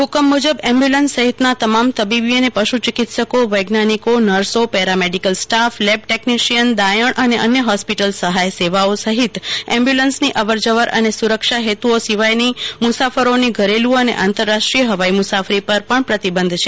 હુકમ મુજબ એબ્યુલન્સ સહિતના તમામ તબીબી અને પશુ ચિકિત્સકો વૈજ્ઞાનિકો નર્સો પેરામેડિકલસ્ટાફ લેબ ટેકનિશીયન દાયણ અને અન્ય હોસ્પિટલ સહાય સેવાઓ સહિત એમ્બ્યુલન્સની અવર જવર અને સુરક્ષા હેતુઓ સિવાયની મુસાફરોની ઘરેલુ અને આંતરરાષ્ટ્રીય હવાઇ મુસાફરી પર પ્રતિબંધ છે